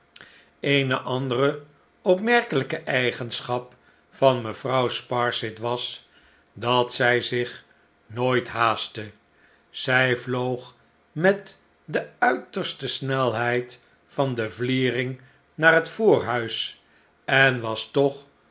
eene andere opmerkelijke eigenschap van mevrouw sparsit was dat zij zich nooit haastte zij vloog met de uiterste snelheid van de vliering naar het voorhuis en was toch